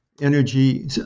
energy